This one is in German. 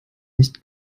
nicht